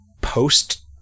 post